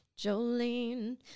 jolene